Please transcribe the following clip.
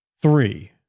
three